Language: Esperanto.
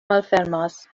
malfermas